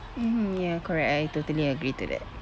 mm ya correct I totally agree to that